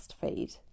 feed